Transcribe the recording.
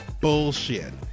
bullshit